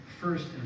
first